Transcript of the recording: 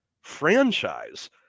franchise